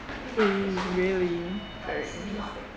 wait really sorry